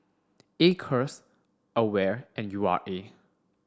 Acres AWARE and U R A